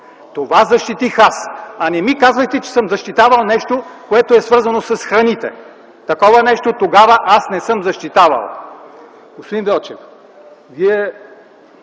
Това защитих аз, а не ми казвайте, че съм защитавал нещо, което е свързано с храните. Такова нещо тогава не съм защитавал. Господин Велчев, Вие